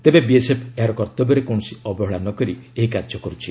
ତେବେ ବିଏସ୍ଏଫ୍ ଏହାର କର୍ତ୍ତବ୍ୟରେ କୌଣସି ଅବହେଳା ନ କରି ଏହି କାର୍ଯ୍ୟ କରୁଛି